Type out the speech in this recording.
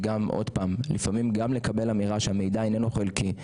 וגם עוד פעם לפעמים גם לקבל אמירה שהמידע הינו חלקי,